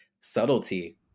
subtlety